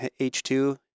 H2